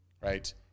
right